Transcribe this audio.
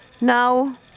now